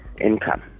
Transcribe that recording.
income